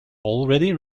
already